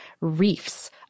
reefs